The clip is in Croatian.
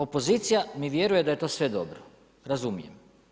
Opozicija mi vjeruje da je to sve dobro, razumijem.